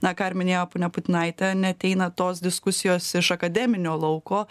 na ką ir minėjo ponia putinaitė neateina tos diskusijos iš akademinio lauko